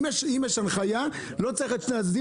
אם יש הנחיה לא צריך את שני הצדדים.